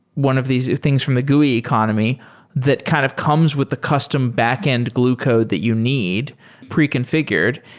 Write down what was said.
one of these things from the gui economy that kind of comes with the custom backend glue code that you need preconfi gured.